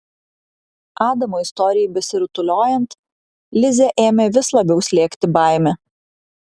adamo istorijai besirutuliojant lizę ėmė vis labiau slėgti baimė